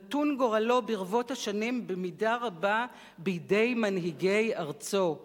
נתון גורלו ברבות השנים במידה רבה בידי מנהיגי ארצו,